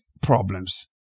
problems